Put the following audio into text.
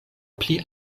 pli